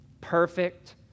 perfect